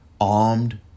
armed